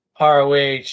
ROH